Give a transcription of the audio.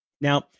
Now